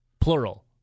plural